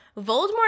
Voldemort